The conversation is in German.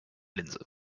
linse